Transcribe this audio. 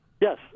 Yes